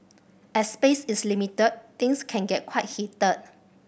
as space is limited things can get quite heated